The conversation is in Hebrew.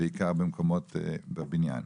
בעיקר בבניין.